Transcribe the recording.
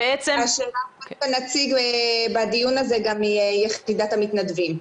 השאלה אם יש נציג בדיון הזה גם מיחידת המתנדבים.